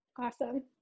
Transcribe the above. Awesome